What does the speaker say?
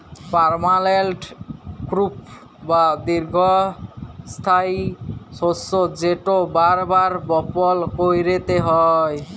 permanent crop বা দীঘ্ঘস্থায়ী শস্য যেট বার বার বপল ক্যইরতে হ্যয় লা